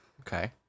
Okay